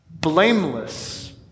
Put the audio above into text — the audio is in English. blameless